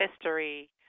history